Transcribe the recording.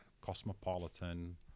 cosmopolitan